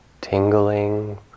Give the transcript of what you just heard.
tingling